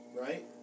right